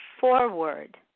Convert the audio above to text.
forward